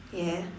ya